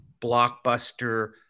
blockbuster